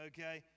Okay